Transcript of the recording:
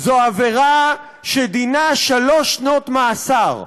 זו עבירה שדינה שלוש שנות מאסר,